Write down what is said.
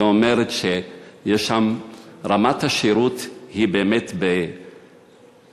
שאומרת שרמת השירות היא באמת בסכנה,